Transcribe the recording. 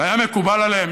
והיה מקובל עליהם.